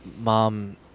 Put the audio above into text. Mom